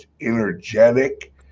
energetic